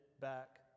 back